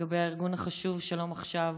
לגבי הארגון החשוב שלום עכשיו,